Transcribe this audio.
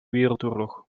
wereldoorlog